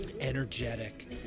energetic